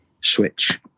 switch